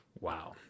wow